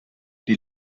die